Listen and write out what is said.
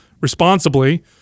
responsibly